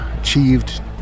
achieved